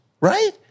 right